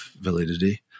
validity